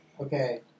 Okay